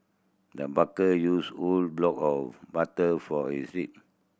the used a whole block of butter for recipe